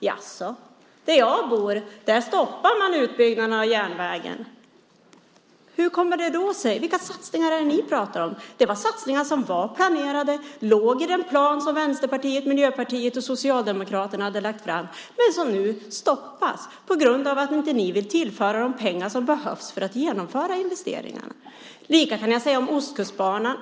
Jaså, där jag bor stoppar man utbyggnaden av järnvägen. Hur kommer det sig? Vilka satsningar är det ni pratar om? Detta var satsningar som var planerade, som låg i den plan som Vänsterpartiet, Miljöpartiet och Socialdemokraterna hade lagt fram. Men de stoppas nu på grund av att ni inte vill tillföra de pengar som behövs för att genomföra investeringarna. Detsamma kan jag säga om Ostkustbanan.